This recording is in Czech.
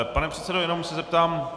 Pane předsedo, jenom se zeptám.